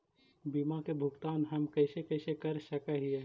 बीमा के भुगतान हम कैसे कैसे कर सक हिय?